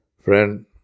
friend